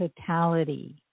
totality